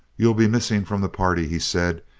you'll be missing from the party, he said,